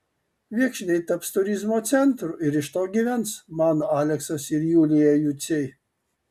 viekšniai taps turizmo centru ir iš to gyvens mano aleksas ir julija juciai